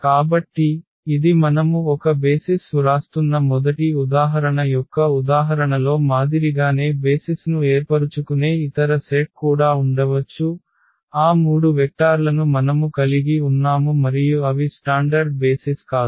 కాబట్టి ఇది మనము ఒక బేసిస్ వ్రాస్తున్న మొదటి ఉదాహరణ యొక్క ఉదాహరణలో మాదిరిగానే బేసిస్ను ఏర్పరుచుకునే ఇతర సెట్ కూడా ఉండవచ్చు ఆ 3 వెక్టార్లను మనము కలిగి ఉన్నాము మరియు అవి స్టాండర్డ్ బేసిస్ కాదు